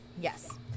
Yes